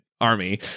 army